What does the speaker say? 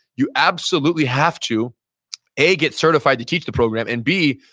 you absolutely have to a, get certified to teach the program and b,